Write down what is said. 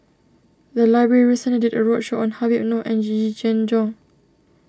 the library recently did a roadshow on Habib Noh and Yee Yee Jenn Jong